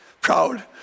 proud